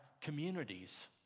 communities